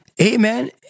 Amen